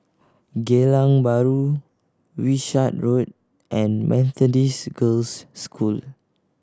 Geylang Bahru Wishart Road and Methodist Girls' School